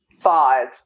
five